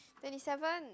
twenty seven